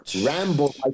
ramble